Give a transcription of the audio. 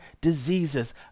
diseases